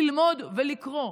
ללמוד ולקרוא.